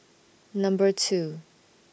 Number two